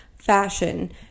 Fashion